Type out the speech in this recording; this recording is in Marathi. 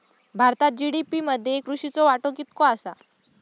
भारतात जी.डी.पी मध्ये कृषीचो वाटो कितको आसा?